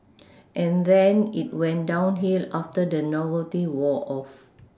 and then it went downhill after the novelty wore off